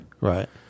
Right